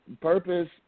purpose